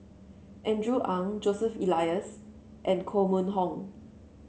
Andrew Ang Joseph Elias and Koh Mun Hong